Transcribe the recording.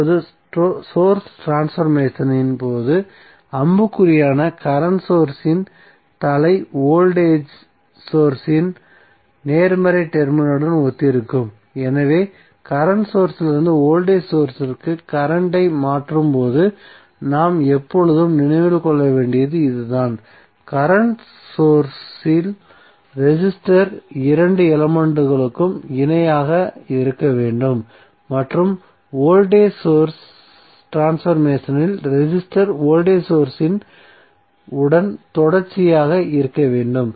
இப்போது சோர்ஸ் ட்ரான்ஸ்பர்மேசனின் போது அம்புக்குறியான கரண்ட் சோர்ஸ் இன் தலை வோல்டேஜ் சோர்ஸ் இன் நேர்மறை டெர்மினலுடன் ஒத்திருக்கும் எனவே கரண்ட் சோர்ஸ்சிலிருந்து வோல்டேஜ் சோர்ஸ்சிற்கு கரண்ட் ஐ மாற்றும் போது நாம் எப்போதும் நினைவில் கொள்ள வேண்டியது இதுதான் கரண்ட் சோர்ஸ்ஸில் ரெசிஸ்டர் இரண்டு எலமென்ட்களும் இணையாக இருக்க வேண்டும் மற்றும் வோல்டேஜ் சோர்ஸ் ட்ரான்ஸ்பர்மேசனில் ரெசிஸ்டர் வோல்டேஜ் சோர்ஸ் உடன் தொடர்ச்சியாக இருக்க வேண்டும்